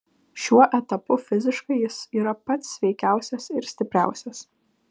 šiuo etapu fiziškai jis yra pats sveikiausias ir stipriausias